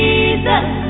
Jesus